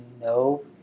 no